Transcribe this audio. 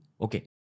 Okay